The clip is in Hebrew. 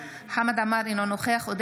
אינו נוכח חמד עמאר,